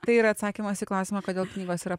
tai yra atsakymas į klausimą kodėl knygos yra